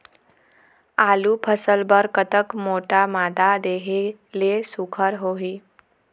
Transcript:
आलू फसल बर कतक मोटा मादा देहे ले सुघ्घर होही?